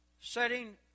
setting